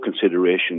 consideration